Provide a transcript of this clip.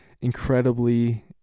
incredibly